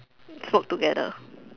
smoke together